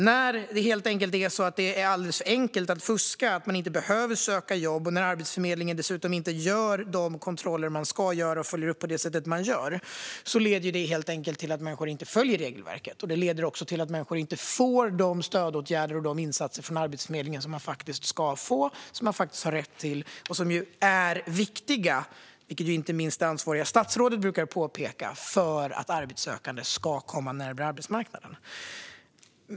När det är alldeles för enkelt att fuska, när man inte behöver söka jobb och när Arbetsförmedlingen dessutom inte gör de kontroller den ska göra och inte följer upp på det sätt den ska leder det helt enkelt till att människor inte följer regelverket. Det leder också till att människor inte får de stödåtgärder och de insatser från Arbetsförmedlingen som de ska få, som de har rätt till och som är viktiga - vilket inte minst det ansvariga statsrådet brukar påpeka - för att arbetssökande ska komma närmare arbetsmarknaden.